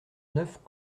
neuf